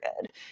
good